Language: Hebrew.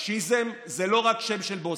פשיזם זה לא רק שם של בושם.